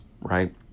right